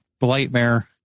Blightmare